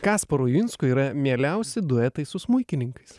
kasparui uinskui yra mieliausi duetai su smuikininkais